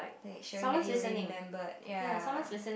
that you showing that you remembered ya